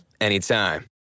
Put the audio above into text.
anytime